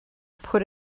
put